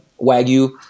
Wagyu